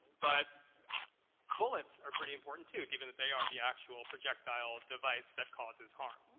but bullets are pretty important, too, given that they are the actual projectile device that causes harm.